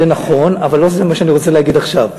זה נכון אבל לא זה מה שאני רוצה להגיד עכשיו.